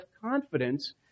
confidence